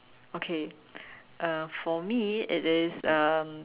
okay uh for me it is um